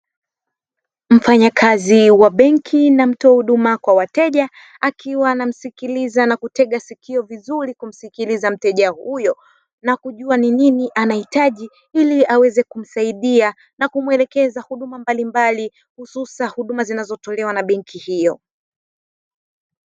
Mfanyakazi wa benki na mtoa huduma kwa wateja, akiwa anamsikilia na kutega sikio vizuri kumsikiliza mteja huyo na kujua ni nini anahitaji, ili aweze kumsaidia na kumuelekeza huduma mbalimbali hususani huduma zinazototlewa na benki hiyo.